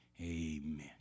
Amen